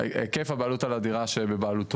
היקף הבעלות על הדירה שבבעלותו.